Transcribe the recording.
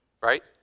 right